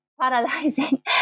paralyzing